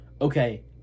okay